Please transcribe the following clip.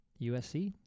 USC